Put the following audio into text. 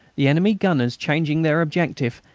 the enemy gunners, changing their objective,